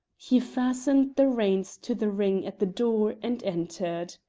he fastened the reins to the ring at the door and entered.